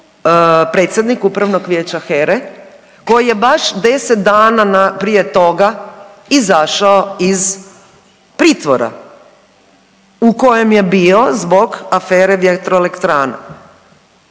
predsjednik Upravnog vijeća HERA-e koji je baš 10 dana prije toga izašao iz pritvora u kojem je bio zbog afere vjetroelektrana.